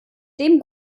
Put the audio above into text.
dem